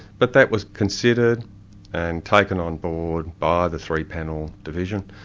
but that was considered and taken on board by the three panel division,